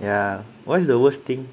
yeah what is the worst thing